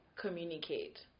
communicate